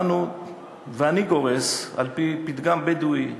ואני גורס, על-פי פתגם בדואי ידוע,